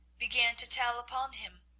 began to tell upon him,